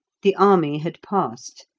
the army had passed,